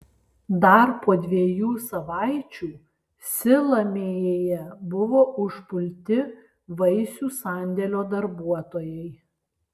dar po dviejų savaičių silamėjėje buvo užpulti vaisių sandėlio darbuotojai